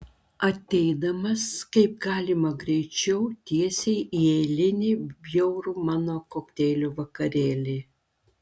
ateidamas kaip galima greičiau tiesiai į eilinį bjaurų mano kokteilių vakarėlį